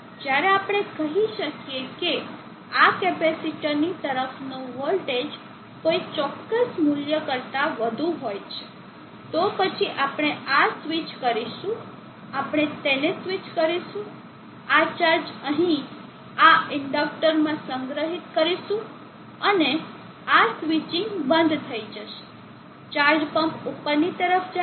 જ્યારે આપણે કહી શકીએ કે આ કેપેસિટરની તરફનો વોલ્ટેજ કોઈ ચોક્કસ મૂલ્ય કરતાં વધુ હોય છે તો પછી આપણે આ સ્વિચ કરીશું આપણે તેને સ્વિચ કરીશું આ ચાર્જ અહીં આ ઇન્ડક્ટરમાં સંગ્રહિત કરીશું અને આ સ્વિચિંગ બંધ થઈ જશે ચાર્જ પમ્પ ઉપરની તરફ થાય છે